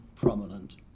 prominent